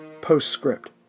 Postscript